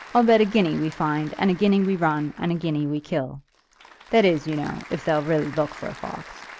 i'll bet a guinea we find, and a guinea we run, and a guinea we kill that is, you know, if they'll really look for a fox.